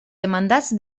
demandats